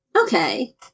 okay